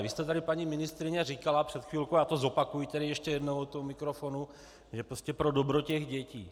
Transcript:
Vy jste tady, paní ministryně, říkala před chvilkou, já to zopakuji tedy ještě jednou do toho mikrofonu, že prostě pro dobro těch dětí.